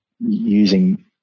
using